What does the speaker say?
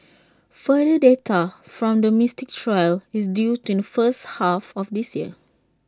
further data from the Mystic trial is due in the first half of this year